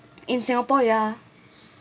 in singapore ya